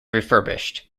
refurbished